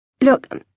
Look